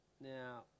Now